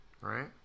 Right